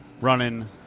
running